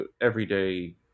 everyday